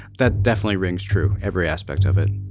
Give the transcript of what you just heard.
that definitely rings true every aspect of it